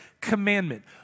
commandment